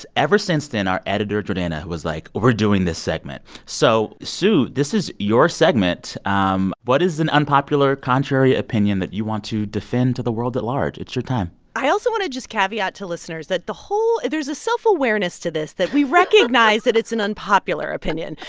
ever since then, our editor jordana was like, we're doing this segment. so, sue, this is your segment. um what is an unpopular, contrary opinion that you want to defend to the world at large? it's your time i also want to just caveat to listeners that the whole there's a self-awareness to this. that we recognize that it's an unpopular opinion.